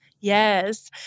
Yes